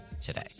today